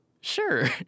Sure